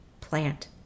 plant